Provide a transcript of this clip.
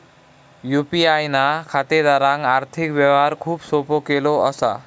UPI ना खातेदारांक आर्थिक व्यवहार खूप सोपो केलो असा